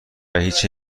هیچی